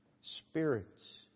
Spirits